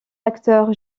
acteurs